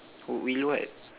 will what